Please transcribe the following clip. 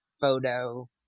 photo